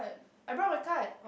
I brought my card